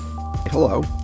Hello